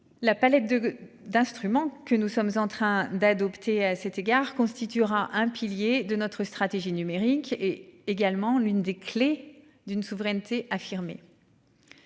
La palette de d'instruments que nous sommes en train d'adopter à cet égard constituera un pilier de notre stratégie numérique est également l'une des clés d'une souveraineté affirmé.--